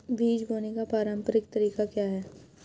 बीज बोने का पारंपरिक तरीका क्या है?